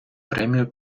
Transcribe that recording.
премію